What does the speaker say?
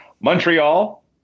Montreal